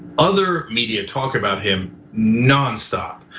other media talk about him non stop.